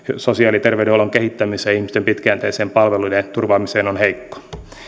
sosiaali ja terveydenhuollon kehittämiseen ja ihmisten pitkäjänteiseen palvelujen turvaamiseen on heikko